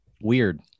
weird